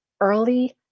early